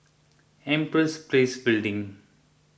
Empress Place Building